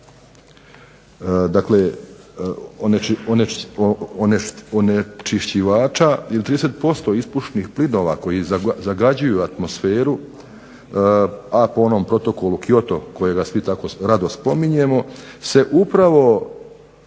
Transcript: dakle, onečišćivača ili 30% ispušnih plinova koji zagađuju atmosferu a po onom Protokolu Kyoto kojega svi jako rado spominjemo, se